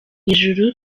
ijuru